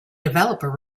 developer